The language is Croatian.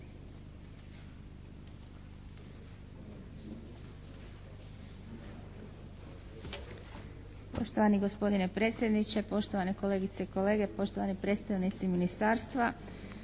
Poštovani gospodine predsjedniče, poštovane kolegice i kolege, poštovani predstavnici Ministarstva.